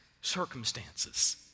circumstances